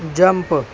jump